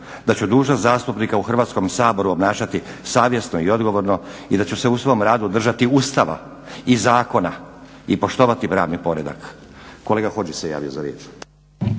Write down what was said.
da ću dužnost zastupnika u Hrvatskom saboru obnašati, savjesno i odgovorno i da ću se u svom radu držati Ustava i zakona i poštovati pravni poredak. Kolega Hodžić se javio za riječ.